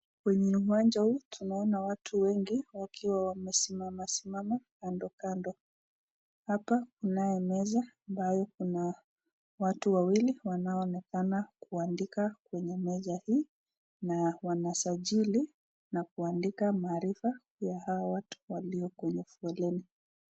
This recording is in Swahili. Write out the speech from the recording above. Kwenye uwanja huu tunaona watu wengi wakiwa wamesimama simama kando kando, hapa kunaye meza ambayo kuna watu wawili wanaonekana kuandika kwenye meza hii na wanasajili na kuandika maarifa ya hawa watu walio kwenye foleni.